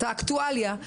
את האקטואליה,